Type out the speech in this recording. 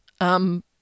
Um